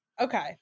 Okay